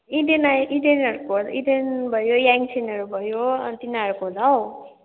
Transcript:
इदेन आए इदेनहरूको इदेन भयो याङ्छेनहरू भयो अनि तिनीहरूको होला हौ